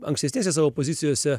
ankstesnėse savo pozicijose